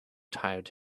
tired